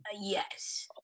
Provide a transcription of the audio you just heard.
Yes